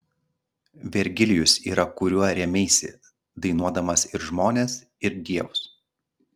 vergilijus yra kuriuo rėmeisi dainuodamas ir žmones ir dievus